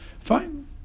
fine